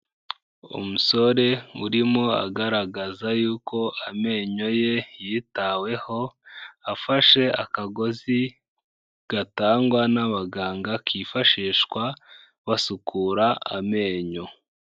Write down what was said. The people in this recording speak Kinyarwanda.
Umusore urimo agaragaza y'uko amenyo ye yitaweho afashe akagozi gatangwa n'abaganga kifashishwa basukura amenyo.